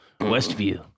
Westview